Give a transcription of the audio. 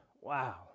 wow